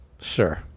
sure